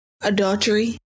adultery